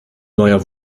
neuer